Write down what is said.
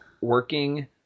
working